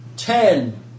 Ten